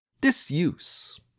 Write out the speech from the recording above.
disuse